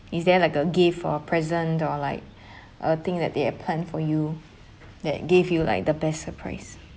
is there like a gift or present or like a thing that they've planned for you that gave you like the best surprise